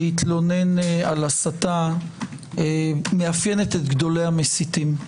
להתלונן על הסתה - מאפיינת את גדולי המסיתים.